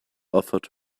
offered